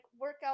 workout